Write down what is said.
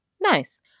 nice